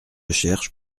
cherche